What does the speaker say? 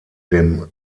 dem